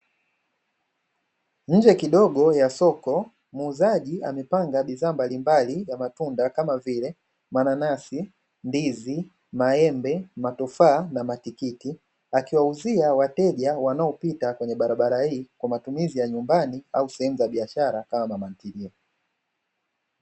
Nje kidogo ya soko muuzaji amepanga bidhaa mbalimbali ya matunda kama vile maananasi, ndizi, maembe, matofaa na matikiti akiwauzia wateja wanaopita kwenye barabara hii kwa matumizi ya nyumbani au sehemu za biashara kama mama ntilie.